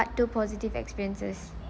part two positive experiences